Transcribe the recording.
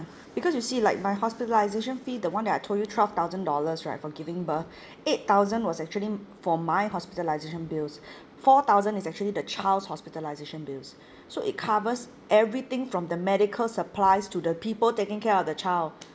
because you see like my hospitalisation fee the one that I told you twelve thousand dollars right for giving birth eight thousand was actually for my hospitalisation bills four thousand is actually the child's hospitalisation bills so it covers everything from the medical supplies to the people taking care of the child